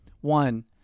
one